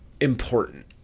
important